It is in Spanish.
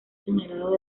señalado